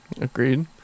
Agreed